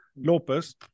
lopez